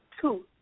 two